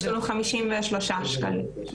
53 מיליון שקלים.